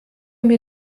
mir